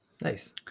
Nice